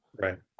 Right